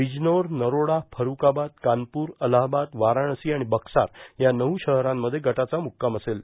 बिजनौर नरोडा फठुकाबाद कानपूर अलाहाबाद वाराणसी आणि बकसार या नऊ शहरांमध्ये गटाचा मुक्काम असेल